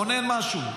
רונן משהו,